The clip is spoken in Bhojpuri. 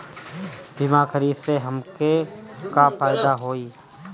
बीमा खरीदे से हमके का फायदा होई?